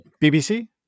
BBC